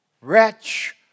wretch